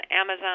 Amazon